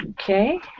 Okay